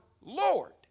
Lord